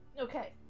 Okay